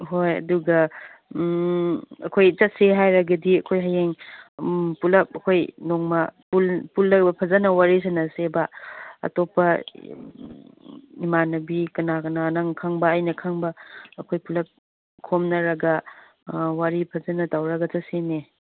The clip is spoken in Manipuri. ꯍꯣꯏ ꯑꯗꯨꯒ ꯑꯩꯈꯣꯏ ꯆꯠꯁꯤ ꯍꯥꯏꯔꯒꯗꯤ ꯑꯩꯈꯣꯏ ꯍꯌꯦꯡ ꯄꯨꯂꯞ ꯑꯩꯈꯣꯏ ꯅꯣꯡꯃ ꯄꯨꯜꯂꯒ ꯐꯖꯅ ꯋꯥꯔꯤ ꯁꯥꯟꯅꯁꯦꯕ ꯑꯇꯣꯞꯄ ꯏꯃꯥꯟꯅꯕꯤ ꯀꯅꯥ ꯀꯅꯥ ꯅꯪ ꯈꯪꯕ ꯑꯩꯅ ꯈꯪꯕ ꯑꯩꯈꯣꯏ ꯄꯨꯂꯞ ꯈꯣꯝꯅꯕꯔ ꯋꯥꯔꯤ ꯐꯖꯅ ꯇꯧꯔꯒ ꯆꯠꯁꯤꯅꯦ